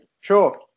sure